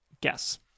guess